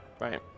right